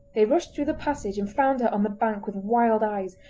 they rushed through the passage and found her on the bank with wild eyes,